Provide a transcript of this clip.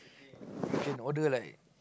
can order like